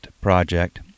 project